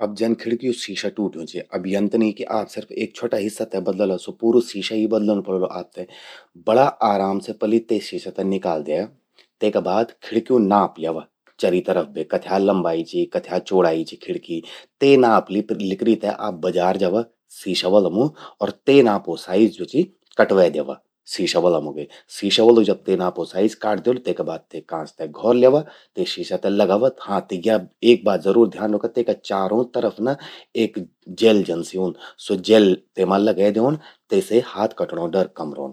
अब जन खिड़क्यू शीशा टूट्यूं चि। अब यन त नी चि कि आप सिर्फ एक छ्वटा हिस्सा ते बदलला। स्वो पूरू शीशा ही बदलण पणौलू आपते। बड़ा आरामा से पलि ते शीशा ते निकाल द्यया। तेका बाद खिड़क्यू नाप ल्यवा, चारि तरफ बे कथ्या लंबाई चि, कथ्या चौड़ाई चि खिड़की। ते नाप लिकरी ते आप बजार जवा, शीशा वला मूं। अर ते नापो साइज ज्वो चि कटवे द्यवा, शीशा वला मुगे। शीशा वलु जब ते नापो साइज काट द्योलु, तेका बाद ते कांच ते घौर ल्यावा, ते शीशा ते लगावा। हां त या एक बात जरूर ध्यान रौखा, तेका चारों तरफ ना एक जेल जन सि ऊंद। स्वो जेल तेमा लगे द्योंण, तेसे हाथ कटणों डर कम रौंद।